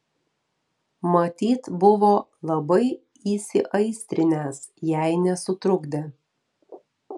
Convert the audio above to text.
matyt buvo labai įsiaistrinęs jei nesutrukdė